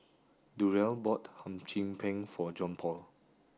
Durell bought Hum Chim Peng for Johnpaul